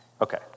Okay